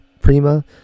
prima